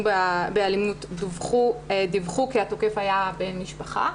באלימות דיווחו כי התוקף היה בן משפחה.